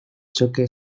choque